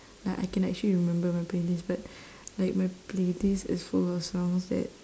like I can actually remember my playlist but like my playlist is full of songs that